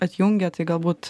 atjungė tai galbūt